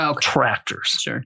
tractors